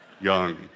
young